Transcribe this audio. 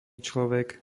človek